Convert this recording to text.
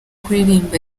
kuririmba